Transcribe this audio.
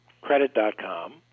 credit.com